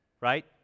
right